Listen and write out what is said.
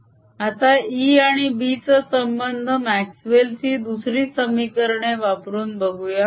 B00 or B has components By and Bz only आता E आणि B चा संबंध म्याक्स्वेल ची दुसरी समीकरणे वापरून बघूया